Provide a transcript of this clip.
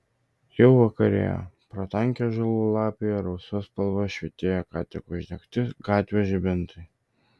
jau vakarėjo pro tankią ąžuolų lapiją rausva spalva švytėjo ką tik uždegti gatvių žibintai